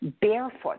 barefoot